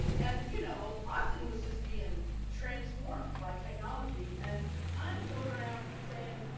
and, you know, austin was just being transformed by technology and i'm going around saying,